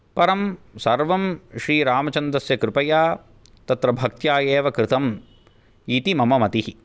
परं सर्वं श्रीरामचन्द्रस्य कृपया तत्र भक्त्या एव कृतम् इति मम मतिः